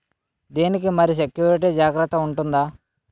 దీని కి మరి సెక్యూరిటీ జాగ్రత్తగా ఉంటుందా?